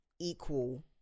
equal